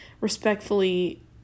respectfully